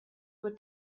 were